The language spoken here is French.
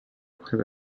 après